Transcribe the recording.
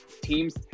teams